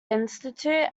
institute